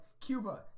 Cuba